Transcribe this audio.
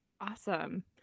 Awesome